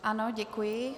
Ano, děkuji.